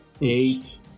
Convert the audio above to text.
Eight